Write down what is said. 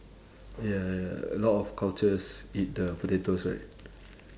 ya ya a lot of cultures eat the potatoes right